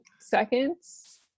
seconds